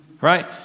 right